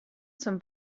zum